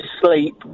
sleep